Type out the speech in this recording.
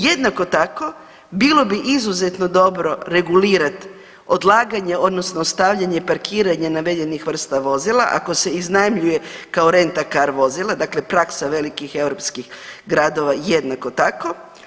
Jednako tako bilo bi izuzetno dobro regulirati odlaganje odnosno stavljanje parkiranja navedenih vrsta vozila ako se iznajmljuje kao rent a car vozilo, dakle praksa velikih europskih gradova jednako tako.